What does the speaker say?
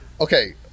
Okay